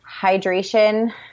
hydration